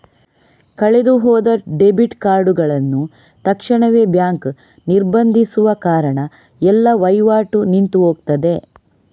ಕಳೆದು ಹೋದ ಡೆಬಿಟ್ ಕಾರ್ಡುಗಳನ್ನ ತಕ್ಷಣವೇ ಬ್ಯಾಂಕು ನಿರ್ಬಂಧಿಸುವ ಕಾರಣ ಎಲ್ಲ ವೈವಾಟು ನಿಂತು ಹೋಗ್ತದೆ